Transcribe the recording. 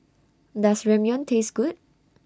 Does Ramyeon Taste Good